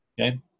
okay